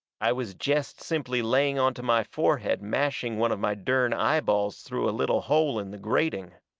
i was jest simply laying onto my forehead mashing one of my dern eyeballs through a little hole in the grating.